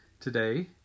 today